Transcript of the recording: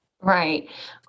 right